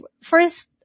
first